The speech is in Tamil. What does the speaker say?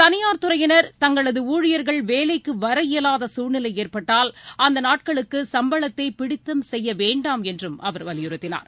தனியார் துறையினர் தங்களது ஊழியர்கள் வேலைக்கு வர இயலாத சூழ்நிலை ஏற்பட்டால் அந்த நாட்களுக்கு சம்பளத்தை பிடித்தம் செய்ய வேண்டாம் என்றும் அவர் வலியுறுத்தினார்